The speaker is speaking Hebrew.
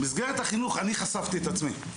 למסגרת החינוך אני חשפתי את עצמי.